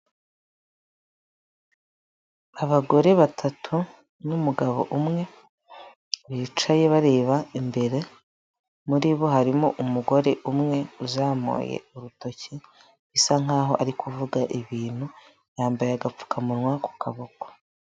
Abagore batatu n'umugabo umwe bicaye bareba imbere, muri bo harimo umugore umwe uzamuye urutoki bisa nkaho ari kuvuga ibintu, yambaye agapfukamunwa ku kaboko.